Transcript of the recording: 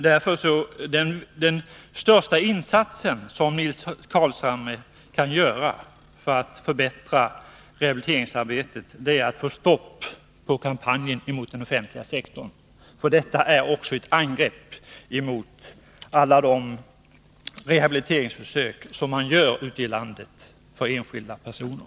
Den största insats som Nils Carlshamre kan göra för att förbättra rehabiliteringsarbetet är att få stopp på kampanjen mot den offentliga sektorn, för den innebär ju också ett angrepp mot alla de rehabiliteringsförsök som görs ute i landet för enskilda personer.